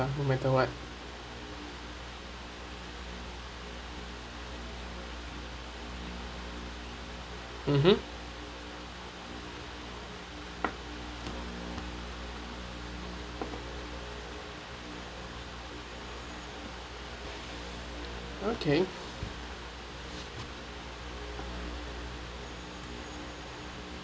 no matter what mmhmm okay